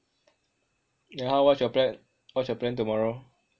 then how what's your plan what's your plan tomorrow